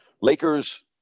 Lakers